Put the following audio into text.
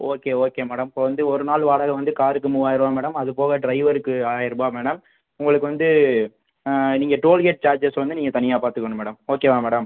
okay okay madam இப்போ வந்து ஒரு நாள் வாடகை வந்து காருக்கு மூவாயிரரூவா மேடம் அது போக டிரைவருக்கு ஆயரரூபா மேடம் உங்களுக்கு வந்து நீங்கள் டோல்கேட் சார்ஜஸ் வந்து நீங்கள் தனியாக பார்த்துக்கணும் மேடம் ஓகேவா மேடம்